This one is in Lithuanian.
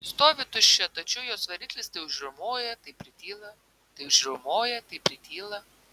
stovi tuščia tačiau jos variklis tai užriaumoja tai prityla tai užriaumoja tai prityla